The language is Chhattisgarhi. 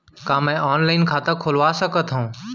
का मैं ऑनलाइन खाता खोलवा सकथव?